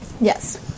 Yes